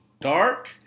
dark